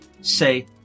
Say